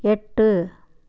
எட்டு